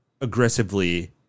aggressively